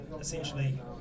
essentially